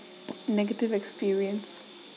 negative experience